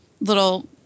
little